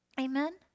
Amen